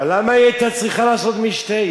אבל למה היא היתה צריכה לעשות משתה,